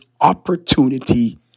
opportunity